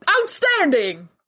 outstanding